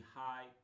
high